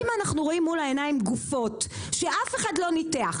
אם אנחנו רואים מול העיניים גופות שאף אחד לא ניתח,